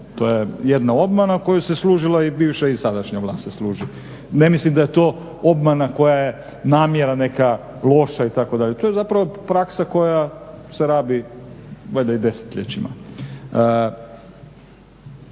To je jedna obmana kojom se služila i bivša i sadašnja vlast se služi. Ne mislim da je to obmana koja je namjera neka loša itd., to je zapravo praksa koja se rabi valjda i desetljećima.